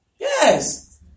Yes